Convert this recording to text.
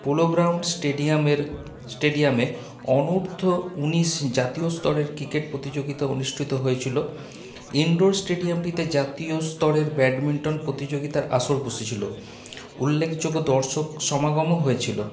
polo ground স্টেডিয়ামের স্টেডিয়ামে অনূর্ধ্ব উনিশ জাতীয় স্তরের ক্রিকেট প্রতিযোগিতা অনুষ্ঠিত হয়েছিল ইনডোর স্টেডিয়ামটিতে জাতীয় স্তরের ব্যাডমিন্টন প্রতিযোগিতার আসর বসেছিল উল্লেখযোগ্য দর্শক সমাগমও হয়েছিল